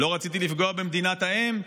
לא רציתי לפגוע במדינת האם,